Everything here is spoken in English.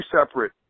separate